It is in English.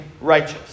righteous